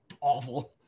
awful